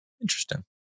Interesting